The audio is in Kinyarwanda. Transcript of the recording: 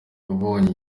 ubonye